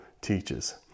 teaches